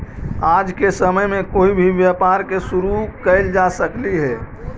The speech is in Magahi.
आज के समय में कोई भी व्यापार के शुरू कयल जा सकलई हे